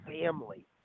family